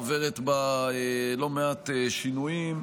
עוברת בה לא מעט שינויים,